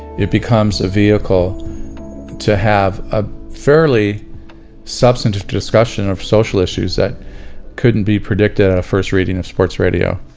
it becomes a vehicle to have a fairly substantive discussion of social issues that couldn't be predicted on a first reading of sports radio.